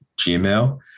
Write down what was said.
Gmail